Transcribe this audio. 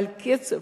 אבל קצב